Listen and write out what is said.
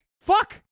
Fuck